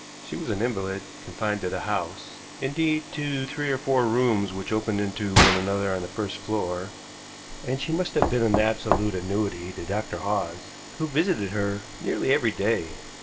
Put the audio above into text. she was an invalid, confined to the house indeed, to three or four rooms which opened into one another on the first floor and she must have been an absolute annuity to dr. hawes, who visited her nearly every day.